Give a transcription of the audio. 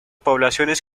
poblaciones